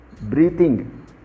breathing